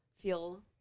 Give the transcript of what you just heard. feel